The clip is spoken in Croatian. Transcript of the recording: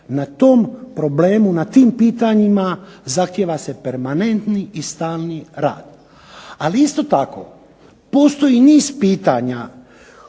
Na tom problemu, na tim pitanjima zahtijeva se permanentni i stalni rad. Ali isto tako, postoji iz pitanja